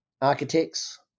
architects